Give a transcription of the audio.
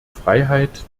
freiheit